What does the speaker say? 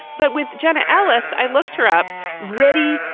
but with jenna ellis, i looked her up ready,